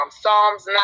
psalms